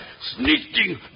sneaking